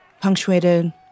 punctuated